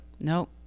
Nope